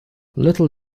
little